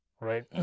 right